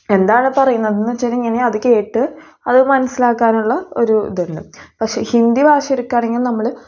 എന്താണ് പറയുന്നതെന്ന് വെച്ചാൽ ഇങ്ങനെ അത് കേട്ട് അത് മനസ്സിലാക്കാനുള്ള ഒരു ഇതുണ്ട് പക്ഷെ ഹിന്ദി ഭാഷയെടുക്കുകയാണെങ്കിൽ നമ്മൾ